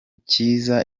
cyiza